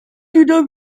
tidak